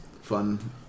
fun